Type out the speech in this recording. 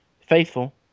faithful